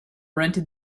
rented